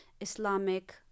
Islamic